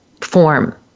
form